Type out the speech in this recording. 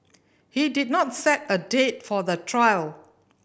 he did not set a date for the trial